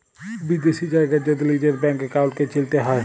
বিদ্যাশি জায়গার যদি লিজের ব্যাংক একাউল্টকে চিলতে হ্যয়